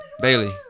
Bailey